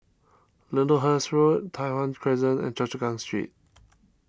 Lyndhurst Road Tai Hwan Crescent and Choa Chu Kang Street